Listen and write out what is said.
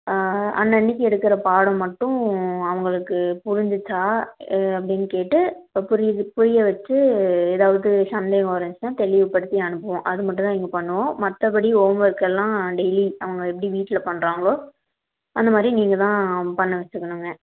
அன்னன்னைக்கு எடுக்கிற பாடம் மட்டும் அவங்களுக்கு புரிஞ்சிடிச்சா அப்படின்னு கேட்டு புரிய புரியவச்சு ஏதாவது சந்தேகம் இருந்துச்சின்னா தெளிவுப்படுத்தி அனுப்புவோம் அதுமட்டும் தான் இங்கே பண்ணுவோம் மற்றபடி ஹோமர்க்கெல்லாம் டெய்லி அவங்க எப்படி வீட்டில பண்ணுறாங்களோ அந்தமாதிரி நீங்கள்தான் பண்ண வச்சிக்கணுங்க